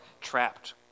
trapped